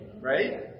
right